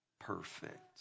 perfect